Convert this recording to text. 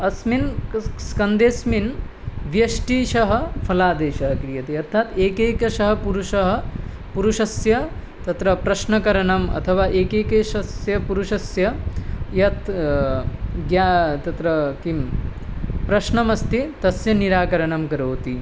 अस्मिन् स्कन्धेस्मिन् व्यष्टिशः फलादेशः क्रियते अर्थात् एकैकशः पुरुषः पुरुषस्य तत्र प्रश्नकरणम् अथवा एकैकस्य पुरुषस्य यत् ग्या तत्र कः प्रश्नः अस्ति तस्य निराकरणं करोति